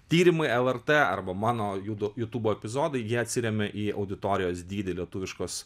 tyrimai lrt arba mano judo jutubo epizodai jie atsiremia į auditorijos dydį lietuviškos